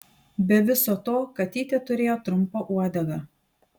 be viso to katytė turėjo trumpą uodegą